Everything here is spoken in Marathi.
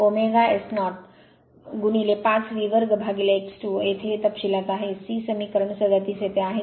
5 V 2x 2 येथे हे तपशीलात आहे c समीकरण 37 येथे आहे